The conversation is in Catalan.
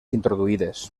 introduïdes